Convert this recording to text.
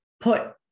put